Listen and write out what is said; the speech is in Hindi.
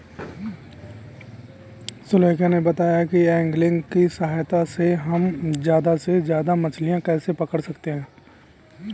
सुलेखा ने बताया कि ऐंगलिंग की सहायता से हम ज्यादा से ज्यादा मछलियाँ कैसे पकड़ सकते हैं